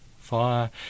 fire